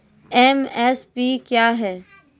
MSP क्या है?